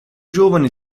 giovane